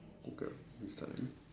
Googled recently